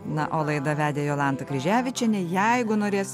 na o laidą vedė jolanta kryževičienė jeigu norės